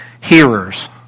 hearers